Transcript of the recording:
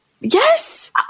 yes